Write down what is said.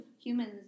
humans